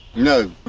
no.